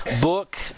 book